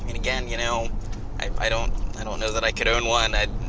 and again, you know i don't i don't know that i could own one, at